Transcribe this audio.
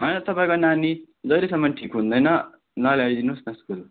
होइन तपाईँको नानी जहिलेसम्म ठिक हुँदैन नल्याई दिनुहोस् न स्कुल